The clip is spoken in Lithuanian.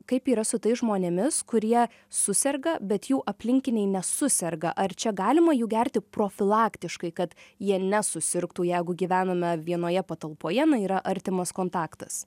kaip yra su tais žmonėmis kurie suserga bet jų aplinkiniai nesuserga ar čia galima jų gerti profilaktiškai kad jie nesusirgtų jeigu gyvename vienoje patalpoje na yra artimas kontaktas